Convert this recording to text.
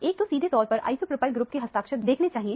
एक को सीधे तौर पर आइसोप्रोपाइल ग्रुप के हस्ताक्षर देखने चाहिए